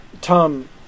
Tom